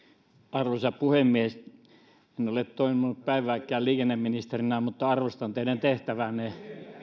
arvoisa puhemies en ole toiminut päivääkään liikenneministerinä mutta arvostan teidän tehtäväänne